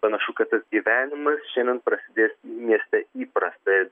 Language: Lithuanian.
panašu kad tas gyvenimas šiandien prasidės mieste įprasta